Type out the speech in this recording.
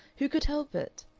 who could help it?